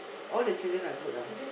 all the children are good ah